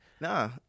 Nah